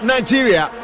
Nigeria